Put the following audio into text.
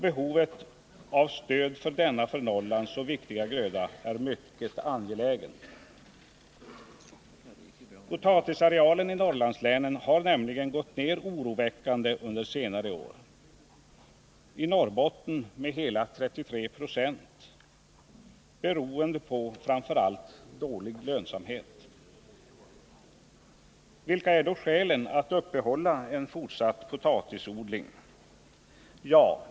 Behovet av stöd för denna för Norrland så viktiga gröda är mycket stort. Potatisarealen i Norrlandslänen har nämligen gått ned oroväckande under senare år — i Norrbotten med hela 33 26 — framför allt beroende på dålig lönsamhet. Vilka är då skälen för att upprätthålla en fortsatt potatisodling?